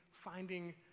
finding